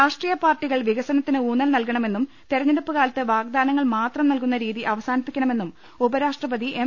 രാഷ്ട്രീയപ്പാർട്ടികൾ വികസനത്തിന് ഊന്നൽ നൽക ണമെന്നും തിരഞ്ഞെടുപ്പുകാലത്ത് വാഗ്ദാനങ്ങൾ മാത്രം നൽകുന്ന രീതി അവസാനിപ്പിക്കണമെന്നും ഉപരാഷ്ട്ര പതി എം